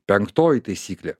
penktoji taisyklė